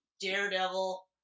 Daredevil